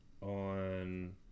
on